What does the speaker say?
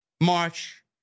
March